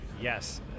Yes